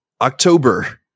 October